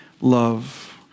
love